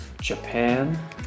Japan